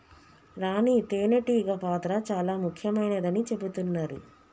రాణి తేనే టీగ పాత్ర చాల ముఖ్యమైనదని చెబుతున్నరు